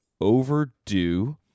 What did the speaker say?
overdue